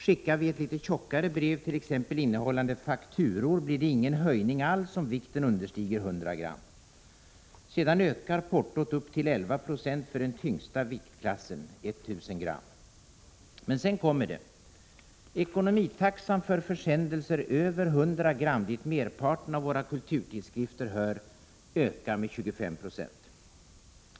Skickar vi ett lite tjockare brev, till exempel innehållande fakturor, blir det ingen höjning alls om vikten understiger 100 gram. Sedan ökar portot upp till 11 procent för den tyngsta viktklassen . Men sen kommer det. Ekonomitaxan för försändelser över 100 gram, dit merparten av våra kulturtidskrifter hör, ökar med 25 procent.